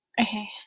Okay